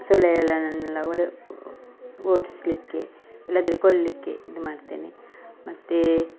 ಸೊಳ್ಳೆಗಳನ್ನೆಲ್ಲ ಒಡ ಓಡಿಸ್ಲಿಕ್ಕೆ ಇಲ್ಲದ್ದರೆ ಕೊಲ್ಲಿಕ್ಕೆ ಇದು ಮಾಡ್ತೇನೆ ಮತ್ತು